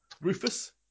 Rufus